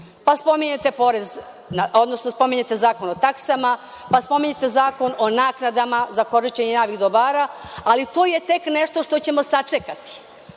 spominjete Zakon o taksama, pa spominjete zakon o naknadama za korišćenje javnih dobara, ali to je tek nešto što ćemo sačekati.